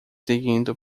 seguindo